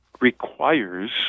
requires